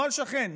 נוהל שכן,